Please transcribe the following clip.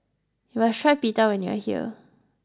you must try Pita when you are here